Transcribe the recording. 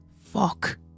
fuck